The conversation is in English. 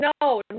No